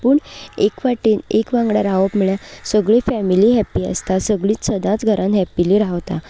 पूण एक फावटी एक वांगडा रावप म्हणल्यार सगळ्यो फेमिली हॅपी आसता सगळीं सदांच घरांत हॅपिली रावतात